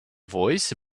voice